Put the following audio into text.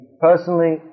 personally